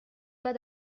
pas